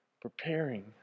Preparing